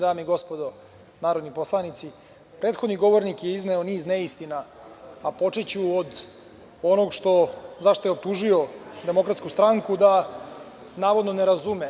Dame i gospodo narodni poslanici, prethodni govornik je izneo niz neistina, a počeću od onog zašta je optužio Demokratsku stranka da navodno ne razume.